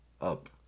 up